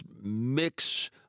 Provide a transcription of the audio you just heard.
mix